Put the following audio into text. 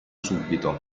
subito